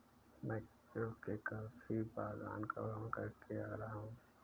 मैं केरल के कॉफी बागान का भ्रमण करके आ रहा हूं